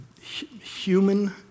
human